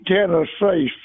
Tennessee